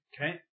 Okay